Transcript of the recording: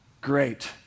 great